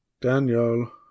Daniel